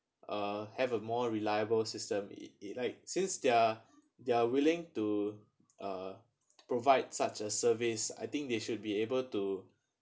uh have a more reliable system it it like since they're they're willing to uh provide such as a service I think they should be able to